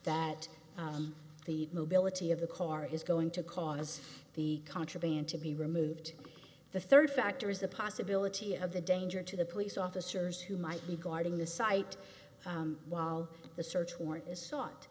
that the mobility of the car is going to cause the contraband to be removed the third factor is the possibility of the danger to the police officers who might be guarding the site while the search warrant is so